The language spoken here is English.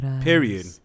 Period